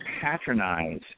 patronize